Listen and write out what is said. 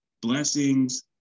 blessings